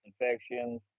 infections